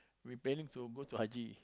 we planning to go to haji